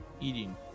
eating